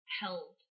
held